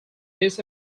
this